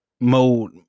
mold